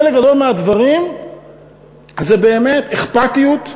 חלק גדול מהדברים זה באמת אכפתיות,